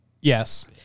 Yes